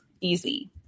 easy